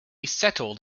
settled